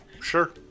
sure